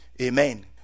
Amen